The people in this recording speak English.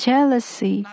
Jealousy